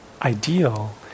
ideal